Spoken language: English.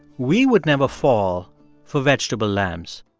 we would never fall for vegetable lambs.